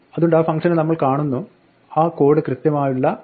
അതുകൊണ്ട് ആ ഫംഗ്ഷനെ നമ്മൾ കാണുന്നു ആ കോഡ് കൃത്യമായുള്ള f1